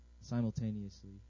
simultaneously